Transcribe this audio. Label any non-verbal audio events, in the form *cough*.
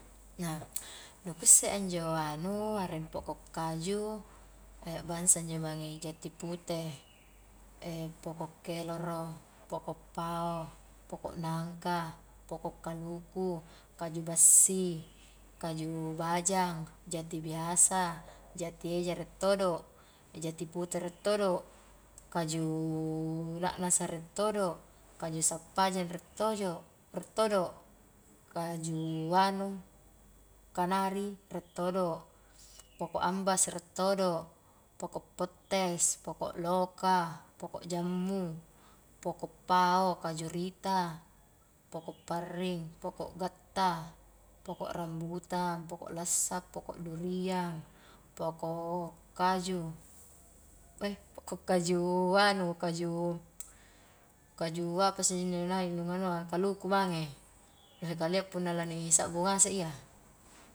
Nu ku issea injo anu, areng poko' kaju bangsa injo mange jati pute, *hesitation* pokok keloro, pokok pao, pokok nangka, pokok kaluku, kaju bassi, kaju bajang, jati biasa, jati eja rie todo, *hesitation* jati pute rie todo, kaju *hesitation* na'nasa rie todo, kaju sappajeng rie tojo rie todo, kaju anu kanari rie todo, pokok ambas rie todo, pokok pettes, pokok loka, pokok jammu, pokok pao, kaju rita, pokok parring, pokok gatta, pokok rambutan, pokok lassa, pokok duriang, pokok kaju, we pokok *laughs* kaju anu kaju kaju apa isse naik nu nganua, kaluku mange, lohe kalia punna lani sabbu ngase iya.